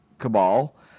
cabal